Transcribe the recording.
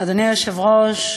אדוני היושב-ראש,